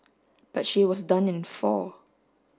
but she was done in four